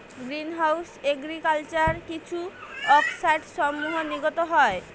green house agriculture কিছু অক্সাইডসমূহ নির্গত হয়